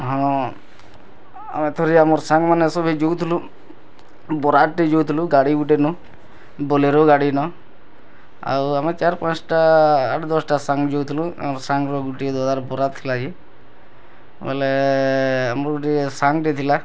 ହଁ ଆମେ ଥରେ ଆମର ସାଙ୍ଗ ମାନେ ସଭିଏ ଯୁଉଥିଲୁ ବରାଟେ ଯୁଉଥିଲୁ ଗାଡ଼ି ଗୁଟେନ ବୋଲେରୋ ଗାଡ଼ି ନ ଆଉ ଆମେ ଚାର ପାଞ୍ଚଟା ଆଠ ଦଶଟା ସାଙ୍ଗ ଯାଉଥିଲୁ ଆର ସାଙ୍ଗର ଗୁଟିଏ ଦଦାର ବରାତ ଲାଗି ବୋଇଲେ ଆମର ଗୁଟିଏ ସାଙ୍ଗଟେ ଥିଲା